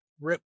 Rip